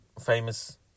famous